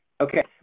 Okay